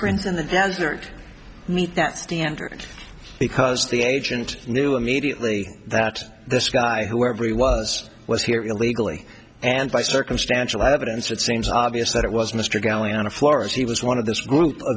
prints in the desert meet that standard because the agent knew immediately that this guy whoever he was was here illegally and by circumstantial evidence it seems obvious that it was mr galley on a floor and he was one of those group o